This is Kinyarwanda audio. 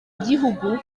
igihugu